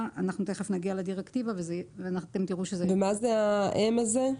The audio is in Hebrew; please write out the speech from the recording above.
אנחנו נגיע לדרקטיבה ואתם תראו --- מה זה M/M?